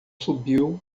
subiu